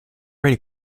right